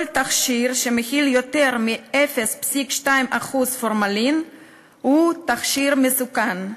כל תכשיר שמכיל יותר מ-0.2% פורמלין הוא תכשיר מסוכן.